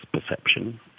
perception